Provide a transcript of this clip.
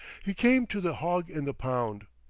he came to the hog-in-the-pound.